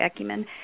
Ecumen